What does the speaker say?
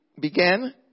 began